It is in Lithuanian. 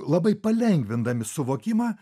labai palengvindami suvokimą